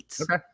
Okay